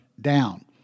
down